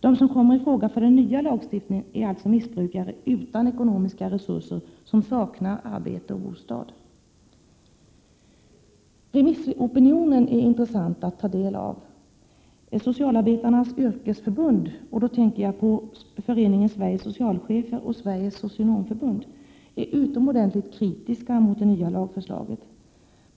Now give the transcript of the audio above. De som kommer i fråga för den nya lagstiftningen är alltså missbrukare utan ekonomiska resurser och missbrukare som saknar arbete och bostad. Remissopinionen är intressant att ta del av. Socialarbetarnas yrkesförbund —- jag tänker på Föreningen Sveriges socialchefer och Sveriges socionomförbund — är utomordentligt kritiska mot det nya lagförslaget.